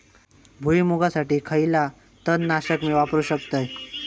भुईमुगासाठी खयला तण नाशक मी वापरू शकतय?